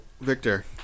Victor